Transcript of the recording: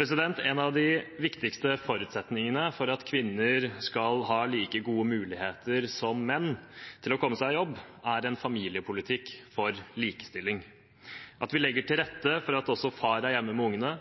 En av de viktigste forutsetningene for at kvinner skal ha like gode muligheter som menn til å komme seg i jobb, er en familiepolitikk for likestilling: at vi legger til rette for at også far er hjemme med ungene,